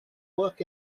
work